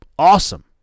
awesome